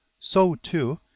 so, too,